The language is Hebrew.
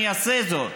אני אעשה זאת.